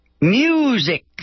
music